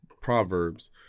Proverbs